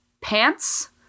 pants